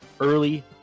early